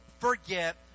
forget